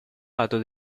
lato